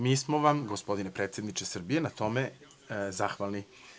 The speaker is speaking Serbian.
Mi smo vam gospodine predsedniče Srbije na tome zahvalni.